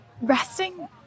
resting